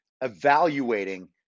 evaluating